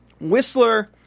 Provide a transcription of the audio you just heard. Whistler